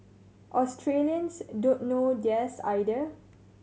Australians don't know theirs either